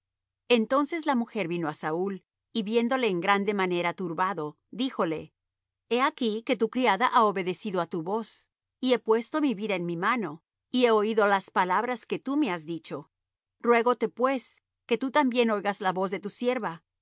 entonces la mujer vino á saúl y viéndole en grande manera turbado díjole he aquí que tu criada ha obedecido á tu voz y he puesto mi vida en mi mano y he oído las palabras que tú me has dicho ruégote pues que tú también oigas la voz de tu sierva